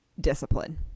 discipline